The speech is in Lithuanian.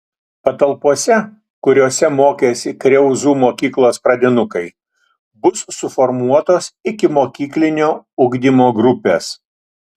patalpose kuriose mokėsi kriauzų mokyklos pradinukai bus suformuotos ikimokyklinio ugdymo grupės